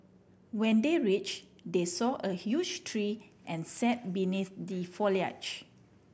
when they reach they saw a huge tree and sat beneath the foliage